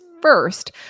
first